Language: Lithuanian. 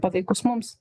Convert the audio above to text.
paveikus mums